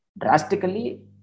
drastically